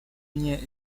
меня